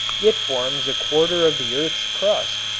it forms a quarter of the earth's crust,